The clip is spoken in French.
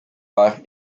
faire